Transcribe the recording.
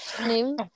Name